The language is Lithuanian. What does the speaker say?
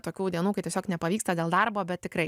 tokių dienų kai tiesiog nepavyksta dėl darbo bet tikrai